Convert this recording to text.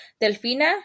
Delfina